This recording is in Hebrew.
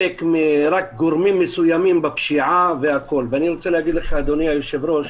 אני רוצה להגיד לך, אדוני היושב-ראש